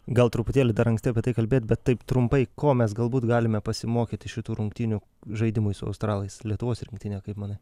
gal truputėlį dar anksti apie tai kalbėt bet taip trumpai ko mes galbūt galime pasimokyti iš šitų rungtynių žaidimui su australais lietuvos rinktinė kaip manai